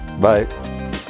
Bye